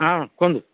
ହଁ କୁହନ୍ତୁ